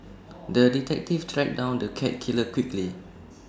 the detective tracked down the cat killer quickly